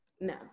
no